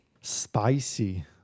Spicy